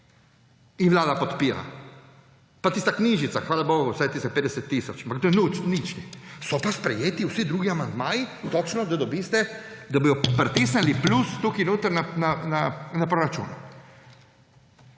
In Vlada podpira. Pa tista knjižnica, hvala bogu, vsaj tistih 50 tisoč, ampak to ni nič. So pa sprejeti vsi drugi amandmaji točno, da bodo pritisnili plus tukaj notri na proračun.